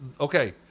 okay